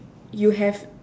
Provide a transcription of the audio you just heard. you have